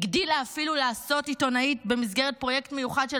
הגדילה אפילו לעשות עיתונאית במסגרת פרויקט מיוחד של